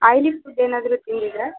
ಆಯ್ಲಿ food ಏನಾದರೂ ತಿಂದಿದ್ದಿರಾ